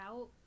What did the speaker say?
out